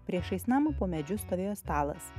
priešais namą po medžiu stovėjo stalas